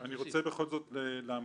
אני רוצה בכל זאת להמחיש,